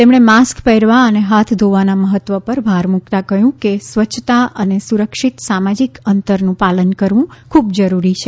તેમણે માસ્ક પહેરવા અને હાથ ધોવાના મહત્વ પર ભાર મૂકતાં કહ્યું કે સ્વચ્છતા અને સુરક્ષિત સામાજિક અંતરનું પાલન કરવું ખૂબ જરૂરી છે